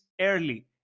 early